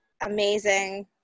amazing